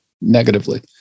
negatively